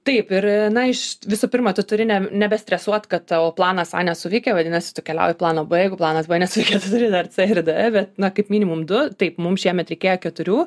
taip ir na iš visų pirmą tu turi ne nebestresuot kad tavo planas a nesuveikė vadinasi tu keliauji į planą b jeigu planas b nesuveikė tu turi dar c ir d bet na kaip minimum du taip mums šiemet reikėjo keturių